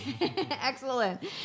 Excellent